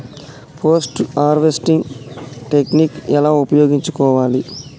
Post harvesting technique ఎలా ఉపయోగించుకోవాలి?